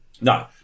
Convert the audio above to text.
No